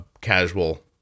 casual